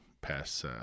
pass